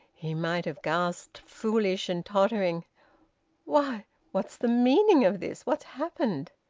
he might have gasped, foolish and tottering why what's the meaning of this? what's happened?